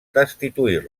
destituir